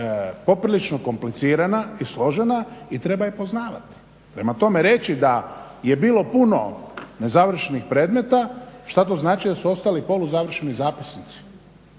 poprilično komplicirana i složena i treba je poznavati. Prema tome, reći da je bilo puno nezavršenih predmeta, šta to znači, da su ostali poluzavršeni zapisnici?